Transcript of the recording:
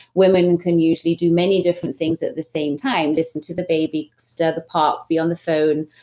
women can usually do many different things at the same time. listen to the baby, stir the pot, be on the phone,